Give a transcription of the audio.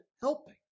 helping